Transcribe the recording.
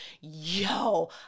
Yo